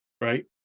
right